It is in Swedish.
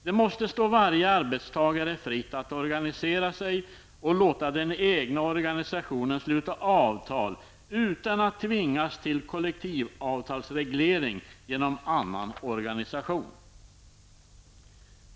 Det måste stå varje arbetstagare fritt att organisera sig och låta den egna organisationen sluta avtal utan att tvingas till kollektivavtalsreglering genom annan organisation''.